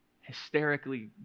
hysterically